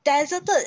Deserted